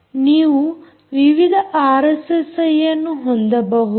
ನೀವು ವಿವಿಧ ಆರ್ಎಸ್ಎಸ್ಐಯನ್ನು ಹೊಂದಬಹುದು